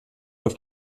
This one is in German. auf